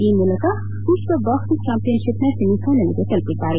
ಈ ಮೂಲಕ ವಿಶ್ವ ಬಾಕ್ಲಿಂಗ್ ಚಾಂಪಿಯನ್ತಿಪ್ನ ಸೆಮಿ ಶೈನಲ್ಗೆ ತಲುಪಿದ್ದಾರೆ